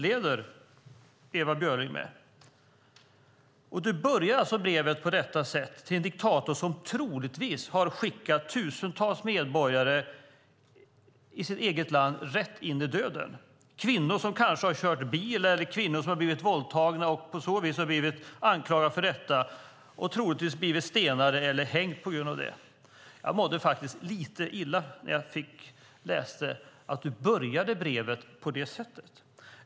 Ewa Björling, du börjar alltså brevet till en diktator på detta sätt, en diktator som troligtvis har skickat tusentals medborgare i sitt eget land rätt in i döden. Kvinnor som kanske har kört bil eller kvinnor som har blivit våldtagna har blivit anklagade för detta och troligtvis blivit stenade eller hängda på grund av detta. Jag mådde faktiskt lite illa när jag läste att du började brevet på detta sätt.